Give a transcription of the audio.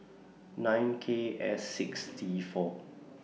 nine K S six T four